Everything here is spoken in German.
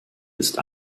ist